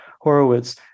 Horowitz